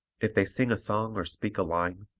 if they sing a song or speak a line,